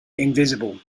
invisible